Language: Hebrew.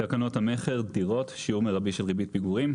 תקנות המכר (דירות) (שיעור מרבי של ריבית פיגורים),